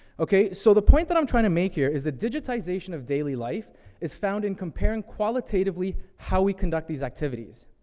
okay, so the point that i'm trying to make here is the digitization of daily life is found in comparing qualitatively how we conduct these activities.